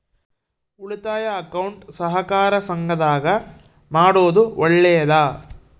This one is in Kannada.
ಉಳಿತಾಯ ಅಕೌಂಟ್ ಸಹಕಾರ ಸಂಘದಾಗ ಮಾಡೋದು ಒಳ್ಳೇದಾ?